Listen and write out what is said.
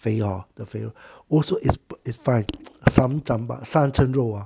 肥 hor the 肥肉 also is is fine sam chang bak 三层肉啊